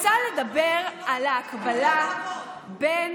אני רוצה לדבר על ההקבלה בין